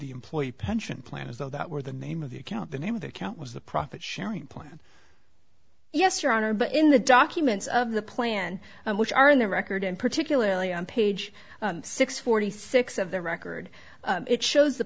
the employee pension plan as though that were the name of the account the name of the account was the profit sharing plan yes your honor but in the documents of the plan which are in the record and particularly on page six forty six of the record it shows the